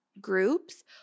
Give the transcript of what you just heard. groups